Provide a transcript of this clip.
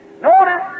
Notice